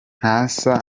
ntasa